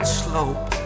slope